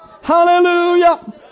Hallelujah